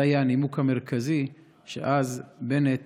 זה היה הנימוק המרכזי שאז בנט